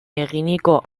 eginiko